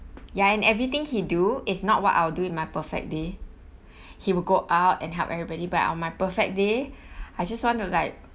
ya and everything he do is not what I will do in my perfect day he would go out and help everybody but on my perfect day I just want to like